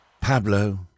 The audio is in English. Pablo